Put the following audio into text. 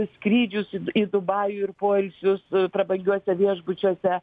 skrydžius į dubajų ir poilsius prabangiuose viešbučiuose